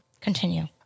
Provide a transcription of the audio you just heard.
Continue